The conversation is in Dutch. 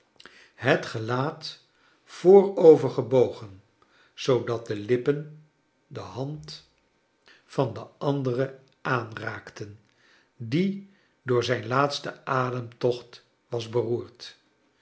het gelaat voorovergebogen zoodat de lippen de hand van kleine dorrit de andere aanraakten die door zijn laatsten ademtocht was beroerd